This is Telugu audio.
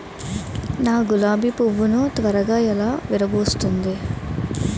నా గులాబి పువ్వు ను త్వరగా ఎలా విరభుస్తుంది?